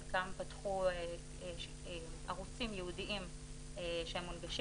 חלקם פתחו ערוצים ייעודיים שמונגשים,